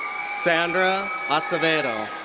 sandra acevedo.